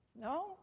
No